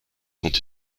sont